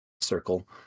Circle